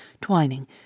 twining